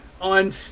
on